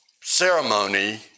ceremony